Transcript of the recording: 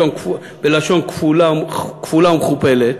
בלשון כפולה ומכופלת,